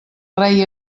rei